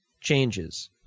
Changes